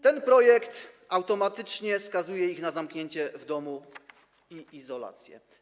Ten projekt automatycznie skazuje ich na zamknięcie w domu i izolację.